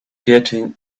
getting